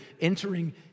entering